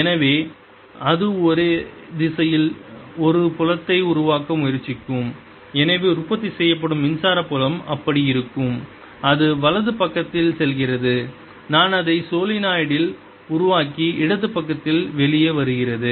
எனவே அது ஒரே திசையில் ஒரு புலத்தை உருவாக்க முயற்சிக்கும் எனவே உற்பத்தி செய்யப்படும் மின்சார புலம் அப்படி இருக்கும் அது வலது பக்கத்தில் செல்கிறது நான் அதை சோலெனாய்டில் உருவாக்கி இடது பக்கத்தில் வெளியே வருகிறது